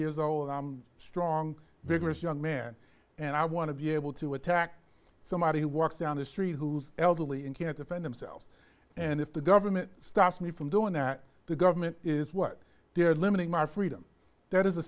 years old strong vigorous young man and i want to be able to attack somebody who walks down the street who's elderly and can't defend themselves and if the government stops me from doing that the government is what they're limiting my freedom that is